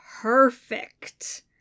perfect